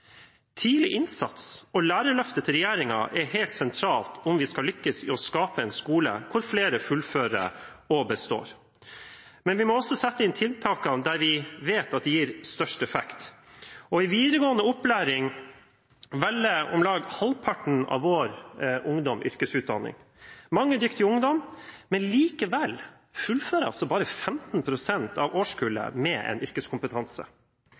Tidlig innsats og lærerløftet til regjeringen er helt sentralt om vi skal lykkes i å skape en skole hvor flere fullfører og består. Men vi må også sette inn i tiltakene der vi vet at de gir størst effekt. I videregående opplæring velger om lag halvparten av vår ungdom yrkesutdanning. Det er mange dyktige ungdommer, men likevel fullfører bare 15 pst. av årskullet med en yrkeskompetanse.